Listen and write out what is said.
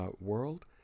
world